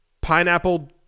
pineapple